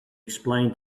explain